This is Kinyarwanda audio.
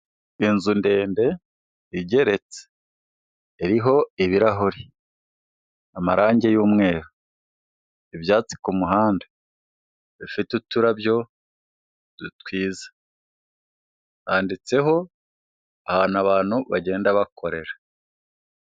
Inzu ndende igeretse iriho ibirahuri, amarangi y'umweru, ibyatsi ku muhanda bifite uturabyo twiza, handitseho ahantu abantu bagenda bakorera.